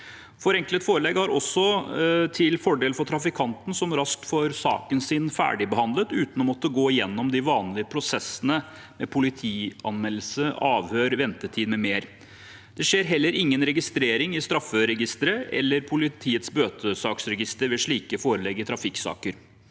Forenklet forelegg er også til fordel for trafikanten, som raskt får saken sin ferdigbehandlet uten å måtte gå gjennom de vanlige prosessene politianmeldelse, avhør, ventetid m.m. Det skjer heller ingen registrering i strafferegisteret eller politiets bøtesaksregister ved slike forelegg i trafikksaker.